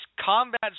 Combat